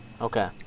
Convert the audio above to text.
Okay